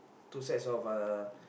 two sets of uh